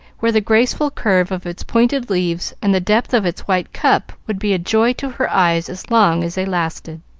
where the graceful curve of its pointed leaves and the depth of its white cup would be a joy to her eyes as long as they lasted.